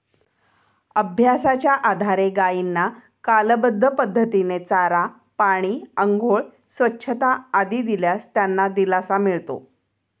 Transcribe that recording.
अभ्यासाच्या आधारे गायींना कालबद्ध पद्धतीने चारा, पाणी, आंघोळ, स्वच्छता आदी दिल्यास त्यांना दिलासा मिळतो